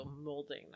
molding